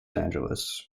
angeles